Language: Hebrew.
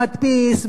המדפיס,